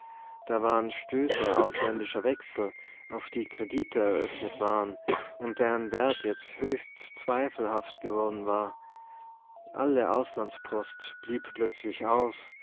da waren stöße ausländischer wechsel auf die kredite eröffnet waren und deren wert jetzt höchst zweifelhaft geworden war alle auslandspost blieb plötzlich aus